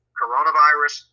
coronavirus